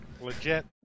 Legit